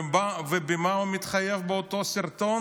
למה הוא מתחייב באותו סרטון?